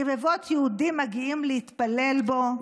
רבבות יהודים מגיעים להתפלל בו.